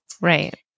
Right